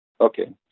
Okay